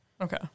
Okay